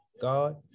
God